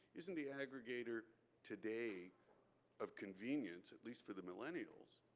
isn't the aggregator today of convenience, at least for the millenials,